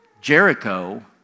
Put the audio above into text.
Jericho